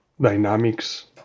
Dynamics